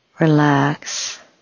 relax